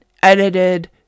Edited